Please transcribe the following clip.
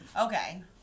Okay